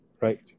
right